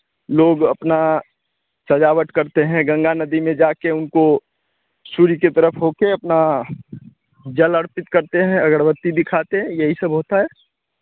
लोग अपना सजावट करते हैं गंगा नदी में जाकर उनको सूर्य की तरफ़ होकर अपना जल अर्पित करते हैं अगरबत्ती दिखाते हैं यही सब होता है